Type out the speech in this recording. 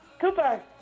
Cooper